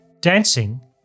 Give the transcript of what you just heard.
dancing